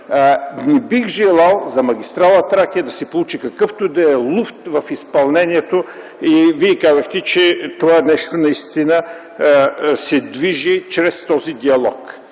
Не бих желал за магистрала „Тракия” да се получи какъвто и да е луфт в изпълнението. Вие казахте, че това се движи чрез този диалог.